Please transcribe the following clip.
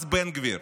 מס בן גביר.